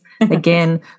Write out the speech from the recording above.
again